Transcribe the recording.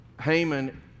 Haman